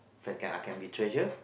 friends can I be treasure